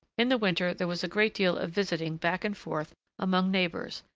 in the winter there was a great deal of visiting back and forth among neighbours,